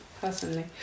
personally